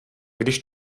když